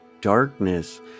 darkness